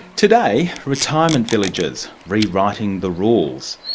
today retirement villages re-writing the rules.